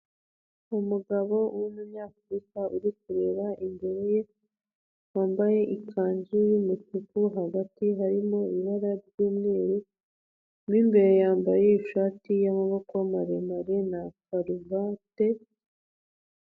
Umugabo w'umunyafurika uri kureba imbere ye, wambaye ikanzu y'umutuku hagati harimo ibara ry'umweru, mo imbere yambaye ishati y'amaboko maremare na karuvate.